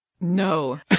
No